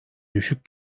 düşük